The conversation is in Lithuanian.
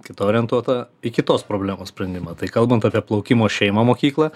kitą orientuota į kitos problemos sprendimą tai kalbant apie plaukimo šeimą mokyklą